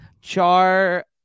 Char